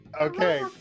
Okay